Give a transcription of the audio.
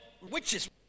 witches